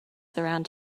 around